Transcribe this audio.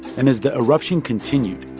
and as the eruption continued,